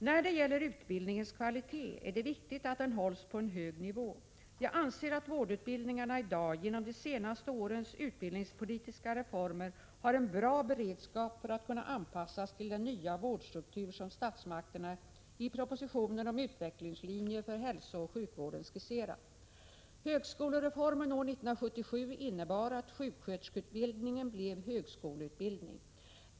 När det gäller utbildningens kvalitet är det viktigt att den hålls på en hög nivå. Jag anser att vårdutbildningarna i dag — genom de senaste årens utbildningspolitiska reformer — har en bra beredskap för att kunna anpassas till den nya vårdstruktur som statsmakterna i propositionen om utvecklingslinjer för hälsooch sjukvården skisserat. Högskolereformen år 1977 innebar att sjuksköterskeutbildningen blev högskoleutbildning.